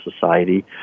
society